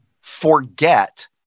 forget